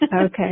Okay